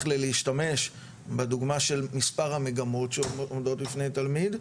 להשתמש בדוגמה של מספר המגמות שעומדות בפני תלמיד,